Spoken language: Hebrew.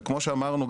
וכמו שאמרנו,